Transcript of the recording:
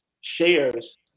shares